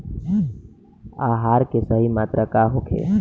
आहार के सही मात्रा का होखे?